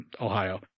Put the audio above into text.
ohio